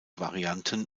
varianten